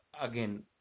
again